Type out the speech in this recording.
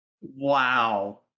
Wow